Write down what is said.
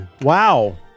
wow